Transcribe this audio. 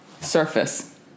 Surface